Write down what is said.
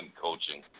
coaching